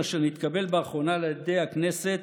אשר נתקבל באחרונה על ידי הכנסת